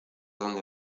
dónde